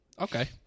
Okay